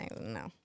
no